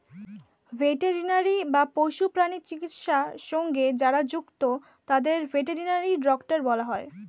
veterinary বা পশু প্রাণী চিকিৎসা সঙ্গে যারা যুক্ত তাদের ভেটেরিনারি ডক্টর বলা হয়